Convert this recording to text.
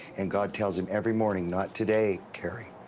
and god tells him, every morning, not today kerry.